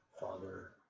father